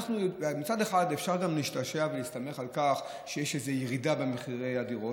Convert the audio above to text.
מצד אחד אפשר להשתעשע ולהסתמך על כך שיש איזו ירידה במחירי הדירות,